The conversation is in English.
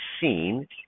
seen